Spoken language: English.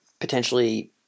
potentially